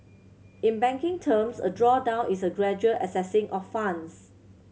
in banking terms a drawdown is a gradual accessing of funds